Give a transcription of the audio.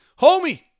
Homie